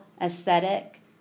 aesthetic